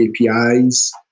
APIs